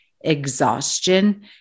exhaustion